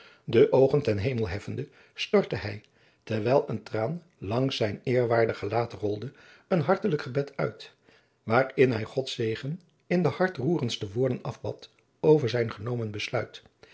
de oogen ten hemel heffende stortte hij terwijl een traan langs zijn eerwaardig gelaat rolde een hartelijk gebed uit waarin hij gods zegen in de hartroerendste woorden afbad over zijn genomen besluit